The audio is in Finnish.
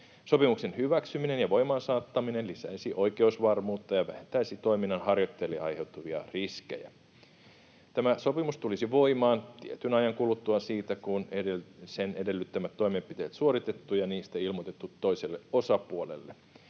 Sopimuksen hyväksyminen ja voimaansaattaminen lisäisi oikeusvarmuutta ja vähentäisi toiminnanharjoittajille aiheutuvia riskejä. Tämä sopimus tulisi voimaan tietyn ajan kuluttua siitä, kun sen edellyttämät toimenpiteet on suoritettu ja niistä ilmoitettu toiselle osapuolelle.